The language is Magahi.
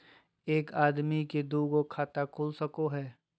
एक आदमी के दू गो खाता खुल सको है?